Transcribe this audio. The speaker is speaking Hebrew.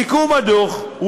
מסיכום הדוח,